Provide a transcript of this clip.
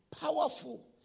Powerful